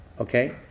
Okay